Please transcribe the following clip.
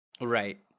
right